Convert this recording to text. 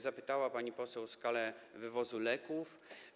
Zapytała pani poseł o skalę wywozu leków.